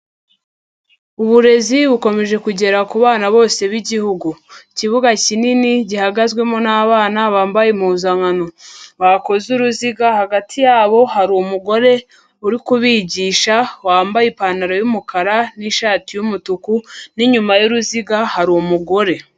Uburezi bukomeje kugera ku bana bose b'Igihugu. Ikibuga kinini gihagazwemo n'abana bambaye impuzankano. Bakoze uruziga, hagati yabo hari umugore uri kubigisha wambaye ipantaro y'umukara n'ishati y'umutuku. N'inyuma y'uruziga hari umugore.